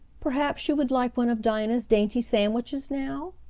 perhaps you would like one of dinah's dainty sandwiches now?